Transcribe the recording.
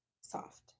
soft